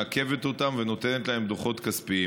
מעכבת אותם ונותנת להם דוחות כספיים.